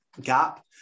gap